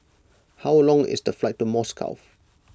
how long is the flight to Moscow